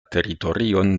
teritorion